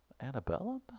Annabella